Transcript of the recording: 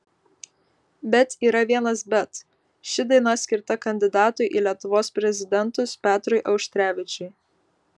bet yra vienas bet ši daina skirta kandidatui į lietuvos prezidentus petrui auštrevičiui